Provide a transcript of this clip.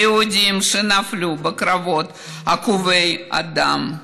היהודים שנפלו בקרבות עקובים מדם,